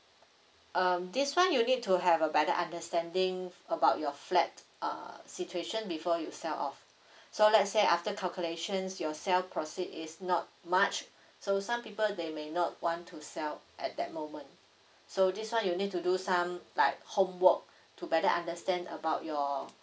um this one you need to have a better understanding about your flat uh situation before you sell off so let's say after calculations your sell proceed is not much so some people they may not want to sell at that moment so this one you need to do some like homework to better understand about your